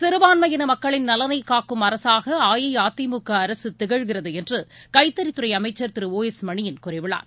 சிறுபான்மையினமக்களின் நலனைக் காக்கும் அரசாகஅஇஅதிமுகஅரசுதிகழ்கிறதுஎன்றுகைத்தறித்துறைஅமைச்சர் திரு ஓ எஸ் மணியன் கூறியுள்ளார்